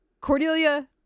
Cordelia